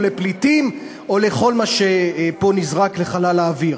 לפליטים או לכל מה שפה נזרק לחלל האוויר.